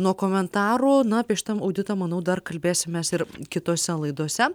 nuo komentarų na apie šitą auditą manau dar kalbėsimės ir kitose laidose